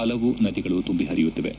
ಪಲವು ನದಿಗಳು ತುಂಬಿ ಪರಿಯುತ್ತಿವೆ